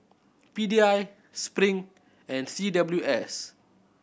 P D I Spring and C W S